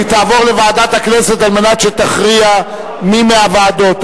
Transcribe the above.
היא תעבור לוועדת הכנסת כדי שתכריע איזו מהוועדות,